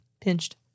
pinched